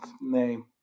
name